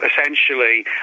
essentially